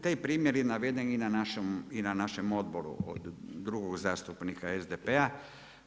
Taj primjer je naveden i na našem odboru od drugog zastupnika SDP-a.